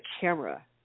camera